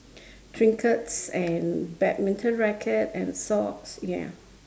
trinkets and badminton racket and socks ya